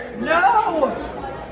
No